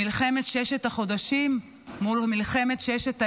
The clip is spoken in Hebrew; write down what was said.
מלחמת ששת החודשים מול מלחמת ששת הימים.